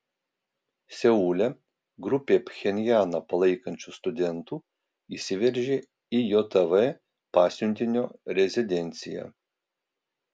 seule grupė pchenjaną palaikančių studentų įsiveržė į jav pasiuntinio rezidenciją